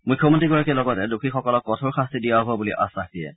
মুখ্যমন্ত্ৰীগৰাকীয়ে লগতে দোষীসকলক কঠোৰ শাস্তি দিয়া হ'ব বুলি আশ্বাস প্ৰদান কৰে